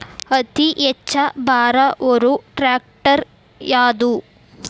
ಅತಿ ಹೆಚ್ಚ ಭಾರ ಹೊರು ಟ್ರ್ಯಾಕ್ಟರ್ ಯಾದು?